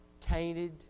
tainted